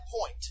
point